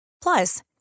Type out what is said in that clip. Plus